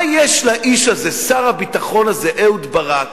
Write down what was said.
מה יש לאיש הזה, שר הביטחון הזה, אהוד ברק,